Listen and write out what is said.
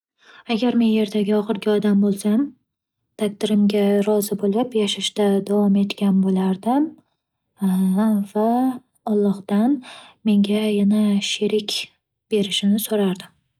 Agar men yerdagi oxirgi odam bo'lsam, taqdirimga rozi bo'lib yashashda davom etgan bo'lardim va Allohdan menga yana sherik berishini so'rardim.